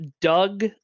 Doug